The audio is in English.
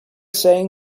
saying